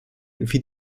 wie